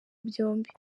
byombi